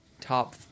top